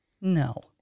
No